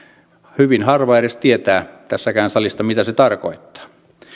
hyvin harva edes tietää tässäkään salissa mitä se tarkoittaa